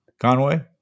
Conway